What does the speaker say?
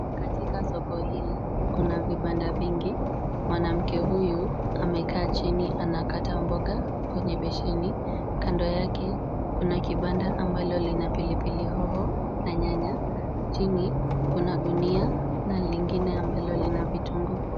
Katika soko hili kuna vibanda vingi. Mwanamke huyu amekaa chini anakata mboga kwenye besheni. Kando yake kuna kibanda ambalo lina pilipili hoho na nyanya. Chini kuna gunia na lingine ambalo lina vitunguu.